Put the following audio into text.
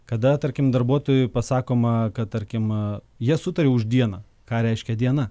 kada tarkim darbuotojui pasakoma kad tarkim jie sutarė už dieną ką reiškia diena